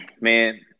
man